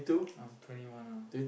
I'm twenty one ah